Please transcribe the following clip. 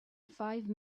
five